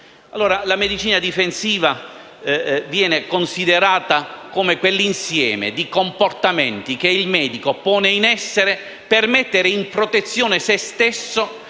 di medicina difensiva, che viene considerata come quell'insieme di comportamenti che il medico pone in essere per mettere in protezione sé stesso